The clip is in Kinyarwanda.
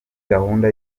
gahunda